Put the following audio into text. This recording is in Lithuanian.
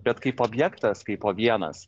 bet kaip objektas kaipo vienas